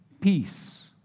peace